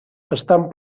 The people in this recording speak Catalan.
estan